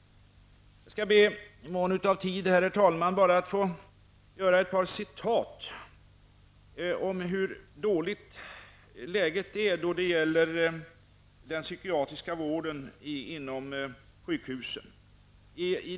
I mån av tid, herr talman, skall jag be att få hänvisa till ett par tidningsartiklar om hur dåligt läget är då det gäller den psykiatriska vården på sjukhusen.